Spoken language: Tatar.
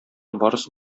барысы